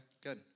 good